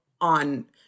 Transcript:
on